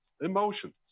emotions